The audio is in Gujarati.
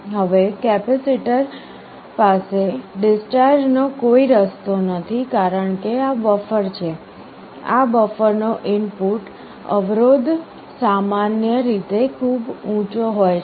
હવે કેપેસિટર પાસે ડિસ્ચાર્જ નો કોઈ રસ્તો નથી કારણ કે આ બફર છે આ બફરનો ઇનપુટ અવરોધ સામાન્ય રીતે ખૂબ ઊંચો હોય છે